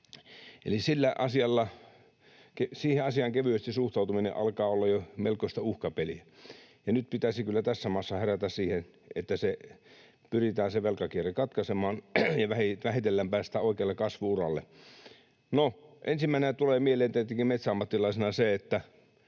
siihen asiaan kevyesti suhtautuminen alkaa olla jo melkoista uhkapeliä, ja nyt pitäisi kyllä tässä maassa herätä siihen, että se velkakierre pyritään katkaisemaan ja vähitellen päästään oikealle kasvu-uralle. No, ensimmäisenä tulee mieleen tietenkin metsäammattilaisena se, että